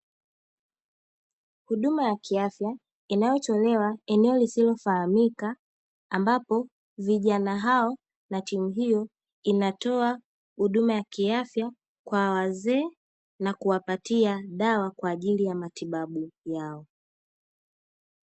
Huduma ya kiafya inayotolewa eneo lisilofahamika ambapo vijana hao na timu hiyo inatoa huduma ya kiafya kwa wazee na kuwapatia dawa kwa ajili ya matibabu yao.